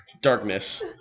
darkness